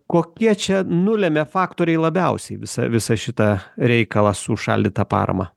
kokie čia nulemia faktoriai labiausiai visą visą šitą reikalą su užšaldyta parama